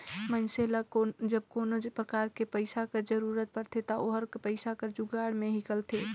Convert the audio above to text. मइनसे ल जब कोनो परकार ले पइसा कर जरूरत परथे ता ओहर पइसा कर जुगाड़ में हिंकलथे